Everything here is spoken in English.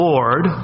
Lord